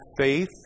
faith